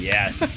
Yes